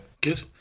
Good